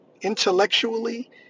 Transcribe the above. intellectually